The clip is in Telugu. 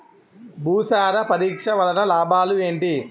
భూసార పరీక్ష వలన లాభాలు ఏంటి?